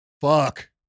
Fuck